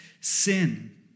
sin